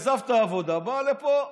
עזב את העבודה, בא לפה.